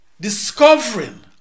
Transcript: Discovering